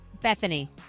Bethany